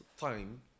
time